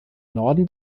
norden